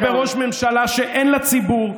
אתה עומד בראש ממשלה שאין לה ציבור,